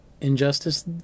Injustice